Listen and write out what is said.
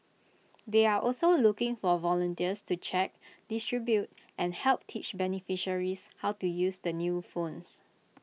they're also looking for volunteers to check distribute and help teach beneficiaries how to use the new phones